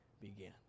began